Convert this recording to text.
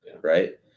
right